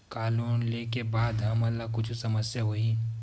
का लोन ले के बाद हमन ला कुछु समस्या होही?